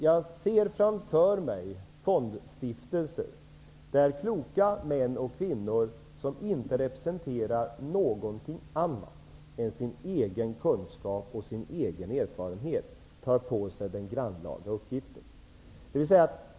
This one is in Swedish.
Jag ser framför mig fondstiftelser där kloka män och kvinnor, som inte representerar någonting annat än sin egen kunskap och sin egen erfarenhet, tar på sig den grannlaga uppgiften.